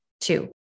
two